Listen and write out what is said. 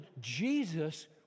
Jesus